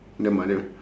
the mother